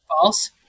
false